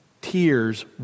tears